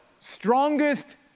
strongest